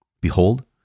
Behold